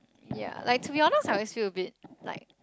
ya like to be honest I always feel a bit like